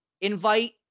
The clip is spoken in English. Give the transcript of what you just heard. invite